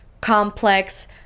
complex